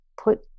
put